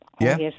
Yes